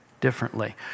differently